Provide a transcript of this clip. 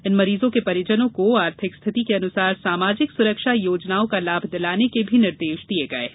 इन मरीजों के परिजनों को आर्थिक स्थिति के अनुसार सामाजिक सुरक्षा योजनाओं का लाभ दिलाने के भी निर्देश दिये गये हैं